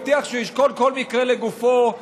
הבטיח שהוא ישקול כל מקרה לגופו,